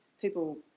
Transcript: people